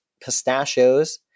pistachios